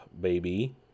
baby